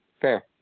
Fair